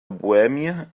bohèmia